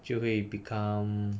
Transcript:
就会 become